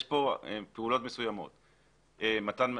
יש פה פעולות מסוימות, מתן הלוואות,